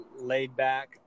laid-back